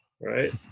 Right